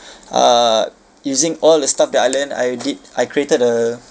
uh using all the stuff that I learn I did I created a